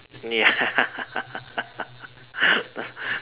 ya